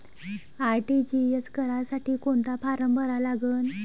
RTGS करासाठी कोंता form भरा लागन?